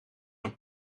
een